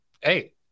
hey